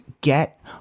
get